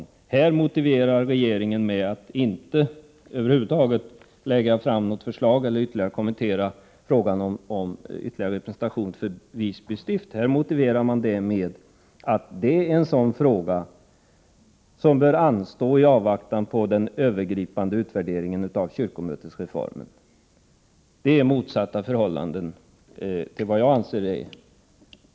Beträffande detta lägger regeringen inte fram något förslag över huvud taget och kommenterar inte heller frågan om ytterligare representation för Visby stift. Regeringen motiverar detta med att det här är en fråga som bör anstå i avvaktan på den övergripande utvärderingen av kyrkomötesreformen. Jag anser att detta är motsatta förhållanden.